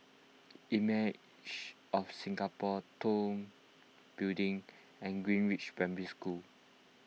Images of Singapore Tong Building and Greenridge Primary School